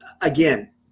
again